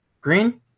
green